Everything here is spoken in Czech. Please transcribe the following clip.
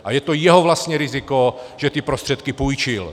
A je to jeho vlastní riziko, že ty prostředky půjčil.